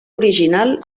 original